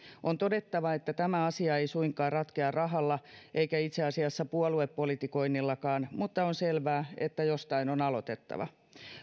on todettava että tämä asia ei suinkaan ratkea rahalla eikä itse asiassa puoluepolitikoinnillakaan mutta on selvää että jostain on aloitettava